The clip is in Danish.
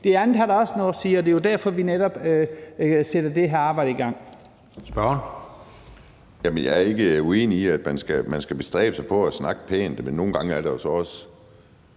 Det andet har da også noget at sige. Og det er jo derfor, vi netop sætter det her arbejde i gang.